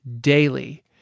daily